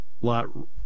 lot